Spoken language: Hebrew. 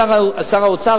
שר האוצר,